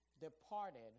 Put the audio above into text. departed